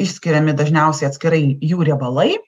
išskiriami dažniausiai atskirai jų riebalai